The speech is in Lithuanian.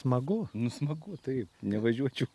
smagu nu smagu taip nevažiuočiau